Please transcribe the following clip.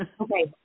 Okay